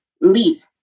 leave